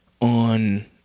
On